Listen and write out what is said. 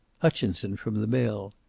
hutchinson, from the mill.